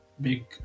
big